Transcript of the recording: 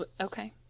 okay